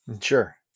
sure